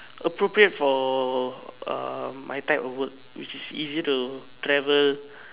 appropriate for uh my type of work which is easier to travel